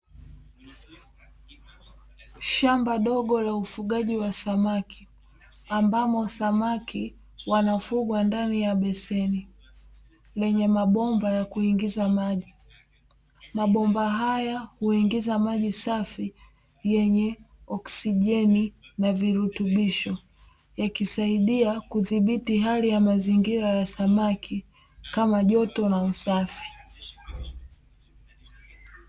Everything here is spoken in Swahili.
Shamba dogo la ufugaji wa samaki ambamo samaki wanafugwa ndani ya beseni lenye mabomba ya kuingiza maji mabomba haya huingiza maji safi yenye oksijeni na virutubisho yakisaidia kudhibiti hali ya mazingira ya samaki kama joto na usafi.